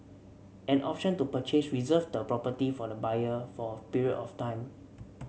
an option to purchase reserves the property for the buyer for a period of time